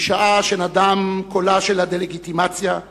משעה שנדם קולה הזדוני של הדה-לגיטימציה,